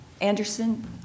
Anderson